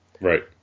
Right